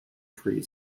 free